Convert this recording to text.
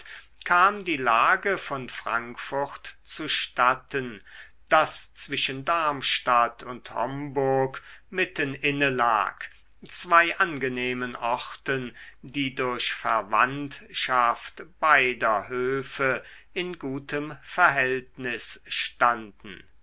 kam die lage von frankfurt zustatten das zwischen darmstadt und homburg mitten inne lag zwei angenehmen orten die durch verwandtschaft beider höfe in gutem verhältnis standen